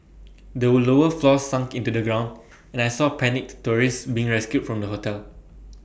the lower floors sunk into the ground and I saw panicked tourists being rescued from the hotel